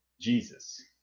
Jesus